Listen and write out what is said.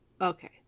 Okay